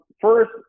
First